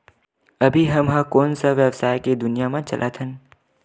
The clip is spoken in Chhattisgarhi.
अभी हम ह कोन सा व्यवसाय के दुनिया म चलत हन?